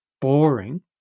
boring